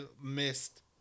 missed